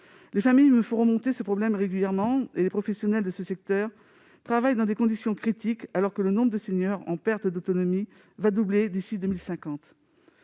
Les familles me font part de ce problème régulièrement. Les professionnels de ce secteur travaillent dans des conditions critiques, alors que le nombre de seniors en perte d'autonomie va doubler d'ici à 2050.